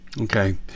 Okay